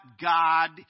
God